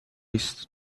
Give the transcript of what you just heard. است